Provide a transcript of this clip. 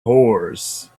horse